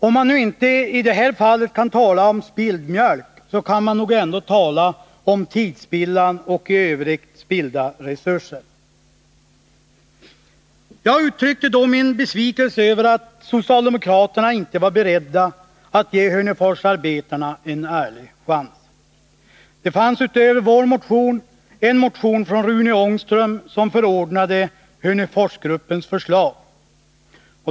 Om man i detta fall inte kan tala om spilld mjölk kan man nog ändå tala om tidsspillan och i övrigt spillda resurser. Jag uttryckte i våras min besvikelse över att socialdemokraterna inte var beredda att ge Hörneforsarbetarna en ärlig chans. Det fanns utöver vår motion en motion från Rune Ångström som förordade Hörneforsgruppens förslag.